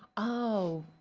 oh.